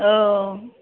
औ